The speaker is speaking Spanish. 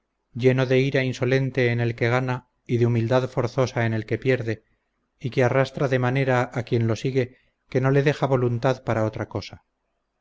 lleno de ira insolente en el que gana y de humildad forzosa en el que pierde y que arrastra de manera a quien lo sigue que no le deja voluntad para otra cosa